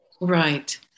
Right